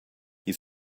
you